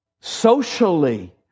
socially